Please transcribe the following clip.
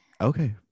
Okay